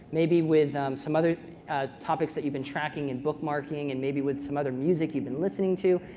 maybe with some other topics that you've been tracking and bookmarking, and maybe with some other music you've been listening to.